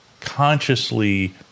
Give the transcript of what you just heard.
consciously